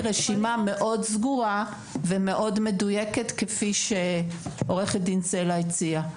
רשימה מאוד סגורה ומאוד מדויקת כפי שעורכת דין סלע הציעה.